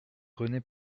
rené